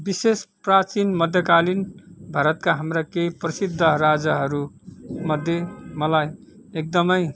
विशेष प्राचीन मध्यकालीन भारतका हाम्रा केही प्रसिद्ध राजाहरूमध्ये मलाई एकदमै